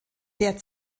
der